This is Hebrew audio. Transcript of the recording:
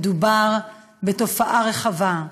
מדובר בתופעה רחבה.